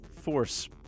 force